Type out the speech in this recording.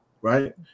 right